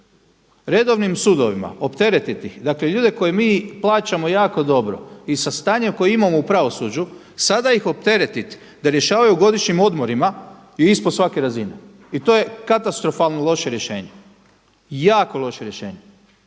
Redovnim sudovima, opteretiti ih dakle ljude koje mi plaćamo jako dobro i sa stanjem koje imamo u pravosuđu sada ih opteretiti da rješavaju o godišnjim odmorima je ispod svake razine i to je katastrofalno loše rješenje, jako loše rješenje.